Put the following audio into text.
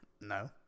No